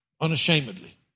unashamedly